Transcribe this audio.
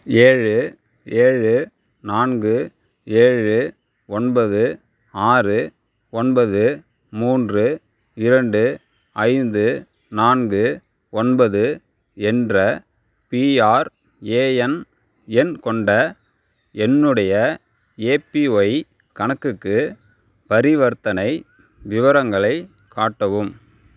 ஏழு ஏழு நான்கு ஏழு ஒன்பது ஆறு ஒன்பது மூன்று இரண்டு ஐந்து நான்கு ஒன்பது என்ற பிஆர்ஏஎன் எண் கொண்ட என்னுடைய ஏபிஒய் கணக்குக்கு பரிவர்த்தனை விவரங்களைக் காட்டவும்